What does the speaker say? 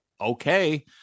okay